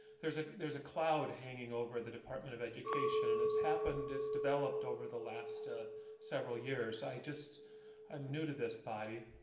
there's a there's a cloud hanging over the department of education and it's happened. it's developed over the last ah several years. i just i'm new to this body,